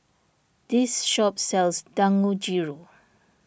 this shop sells Dangojiru